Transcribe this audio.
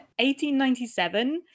1897